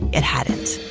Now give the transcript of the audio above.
it hadn't.